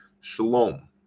Shalom